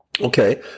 Okay